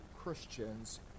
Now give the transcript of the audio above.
Christians